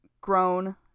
grown